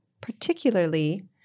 particularly